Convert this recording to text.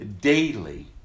daily